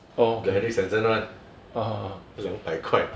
the Henrik Stenson [one] 两百块